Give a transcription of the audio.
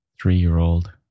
three-year-old